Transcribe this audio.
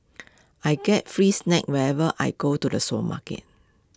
I get free snacks whenever I go to the supermarket